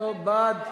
נתקבלו בעד,